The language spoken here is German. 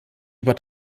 über